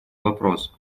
вопрос